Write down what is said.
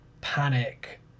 panic